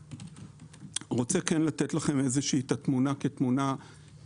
אני רוצה לתת לכם את התמונה הכללית